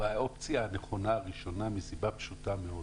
הוא האופציה הנכונה הראשונה מסיבה פשוטה מאוד.